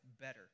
better